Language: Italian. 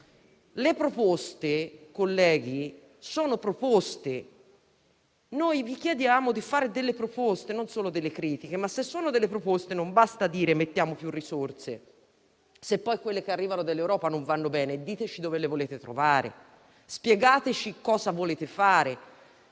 le proposte, colleghi, sono proposte. Colleghi, noi vi chiediamo di fare delle proposte, non solo delle critiche. Se sono delle proposte non basta dire «mettiamo più risorse»; se poi quelle che arrivano dall'Europa non vanno bene, diteci dove le volete trovare e spiegateci cosa volete fare.